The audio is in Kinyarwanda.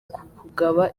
kugaba